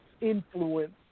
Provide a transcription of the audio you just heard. influence